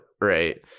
right